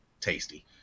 tasty